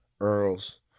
Earl's